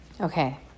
Okay